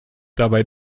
dabei